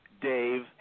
Dave